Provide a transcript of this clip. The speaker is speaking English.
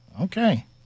Okay